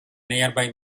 nearby